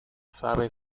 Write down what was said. sabe